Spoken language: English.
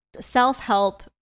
Self-help